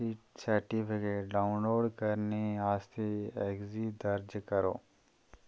certificate download करने आस्तै इसगी दर्ज करो